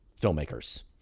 filmmakers